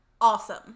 Awesome